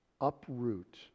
uproot